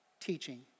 teaching